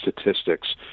statistics